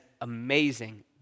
amazing